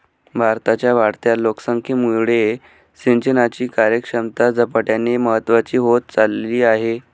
भारताच्या वाढत्या लोकसंख्येमुळे सिंचनाची कार्यक्षमता झपाट्याने महत्वाची होत चालली आहे